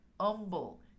Humble